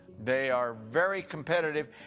they are very competitive,